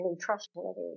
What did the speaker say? trustworthy